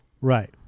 Right